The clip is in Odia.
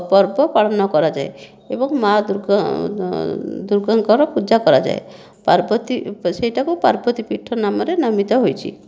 ପର୍ବ ପାଳନ କରାଯାଏ ଏବଂ ମାଆ ଦୁର୍ଗା ଦୁର୍ଗାଙ୍କର ପୂଜା କରାଯାଏ ପାର୍ବତୀ ସେଇଟାକୁ ପାର୍ବତୀ ପୀଠ ନାମରେ ନାମିତ ହୋଇଛି